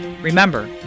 Remember